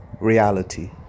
reality